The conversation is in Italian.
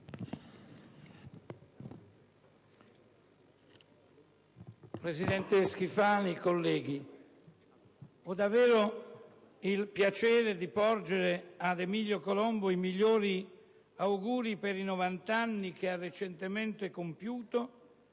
Presidente Schifani, colleghi, ho davvero il piacere di porgere ad Emilio Colombo i migliori auguri per i novant'anni che ha recentemente compiuto,